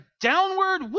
downward